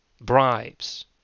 bribes